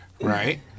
Right